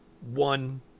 one